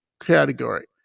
category